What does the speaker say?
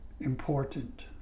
important